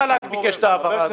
אני עמדתי על זה והייתה לי מלחמה עם